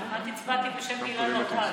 כמעט הצבעתי בשם גלעד ארדן.